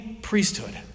Priesthood